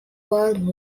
world